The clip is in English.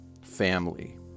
family